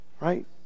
right